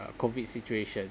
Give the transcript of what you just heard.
uh COVID situation